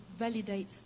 validates